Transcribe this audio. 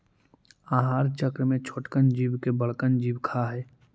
आहार चक्र में छोटकन जीव के बड़कन जीव खा हई